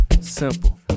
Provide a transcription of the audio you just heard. simple